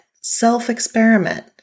self-experiment